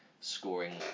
...scoring